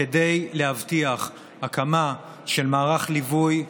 וכדי להבטיח הקמה של מערך ליווי,